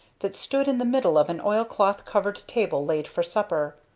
that stood in the middle of an oilcloth-covered table laid for supper.